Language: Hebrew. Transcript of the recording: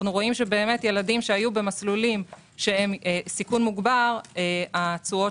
אנחנו רואים שילדים שהיו במסלולים שהם בסיכון מוגבר התשואות